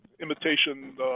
Imitation